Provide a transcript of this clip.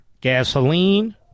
gasoline